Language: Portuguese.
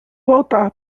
voltar